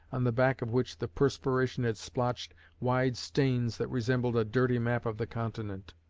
on the back of which the perspiration had splotched wide stains that resembled a dirty map of the continent.